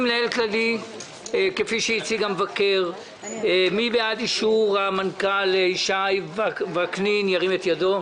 מי בעד אישור המנכ"ל ישי וקנין, ירים את ידו?